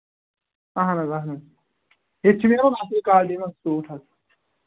اَہَن حظ اَہَن حظ ییٚتہِ چھُ نیران اَصٕل کالٹی منٛز سوٗٹ حظ